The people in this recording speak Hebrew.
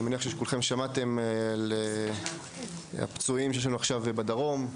אני מניח שכולכם שמעתם על הפצועים שיש לנו עכשיו בדרום,